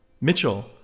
Mitchell